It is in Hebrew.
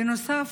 בנוסף,